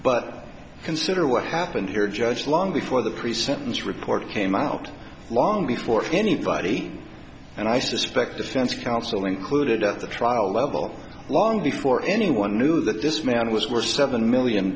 but consider what happened here judge long before the pre sentence report came out long before anybody and i suspect defense counsel included at the trial level long before anyone knew that this man was worth seven million